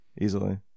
easily